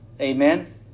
Amen